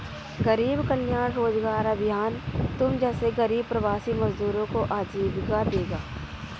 गरीब कल्याण रोजगार अभियान तुम जैसे गरीब प्रवासी मजदूरों को आजीविका देगा